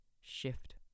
Shift